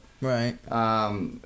Right